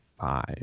five